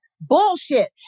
bullshit